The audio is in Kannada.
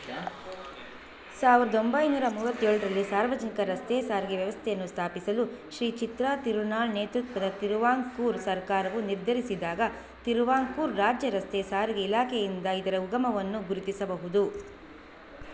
ಸಾವಿರದ ಒಂಬೈನೂರ ಮೂವತ್ತೇಳರಲ್ಲಿ ಸಾರ್ವಜನಿಕ ರಸ್ತೆ ಸಾರಿಗೆ ವ್ಯವಸ್ಥೆಯನ್ನು ಸ್ಥಾಪಿಸಲು ಶ್ರೀ ಚಿತ್ರಾ ತಿರುನಾಳ್ ನೇತೃತ್ವದ ತಿರುವಾಂಕೂರು ಸರ್ಕಾರವು ನಿರ್ಧರಿಸಿದಾಗ ತಿರುವಾಂಕೂರು ರಾಜ್ಯ ರಸ್ತೆ ಸಾರಿಗೆ ಇಲಾಖೆಯಿಂದ ಇದರ ಉಗಮವನ್ನು ಗುರುತಿಸಬಹುದು